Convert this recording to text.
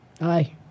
Aye